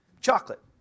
Chocolate